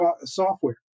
software